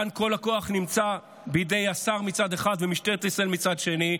כאן כל הכוח נמצא בידי השר מצד אחד ומשטרת ישראל מצד שני.